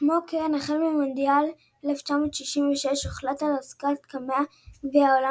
כמו כן החל ממונדיאל 1966 הוחלט על הצגת קמע גביע העולם